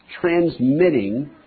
transmitting